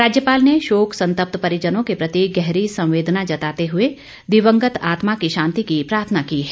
राज्यपाल ने शोक संतप्त परिजनों के प्रति गहरी संवेदना जताते हुए दिवंगत आत्मा की शांति की प्रार्थना की है